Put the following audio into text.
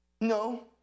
No